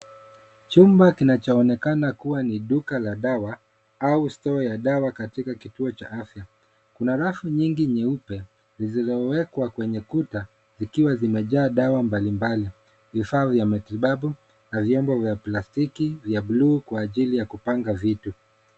Chumba kinachonekana kuwa ni duka la dawa au store ya dawa katika kituo cha afya. Kuna rafu nyingi nyeupe zilizowekwa kwenye kuta zikiwa zimejaa dawa mbalimbali, vifaa vya matibabu na vyombo vya plastiki vya blue kwa ajili ya kupanga vitu.